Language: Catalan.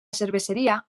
cerveseria